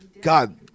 God